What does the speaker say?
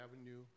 Avenue